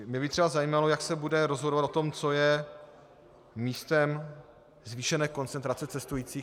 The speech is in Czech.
Mě by třeba zajímalo, jak se bude rozhodovat o tom, co je místem zvýšené koncentrace cestujících.